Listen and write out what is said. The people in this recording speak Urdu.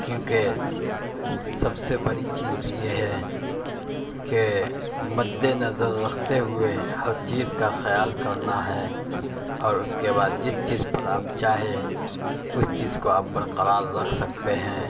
کیونکہ سب سے بڑی چیز یہ ہے کہ مد نظر رکھتے ہوئے ہر چیز کا خیال کرنا ہے اور اس کے بعد جس چیز پر آپ چاہے اس چیز کو آپ برقرار رکھ سکتے ہیں